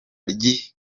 ry’i